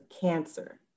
cancer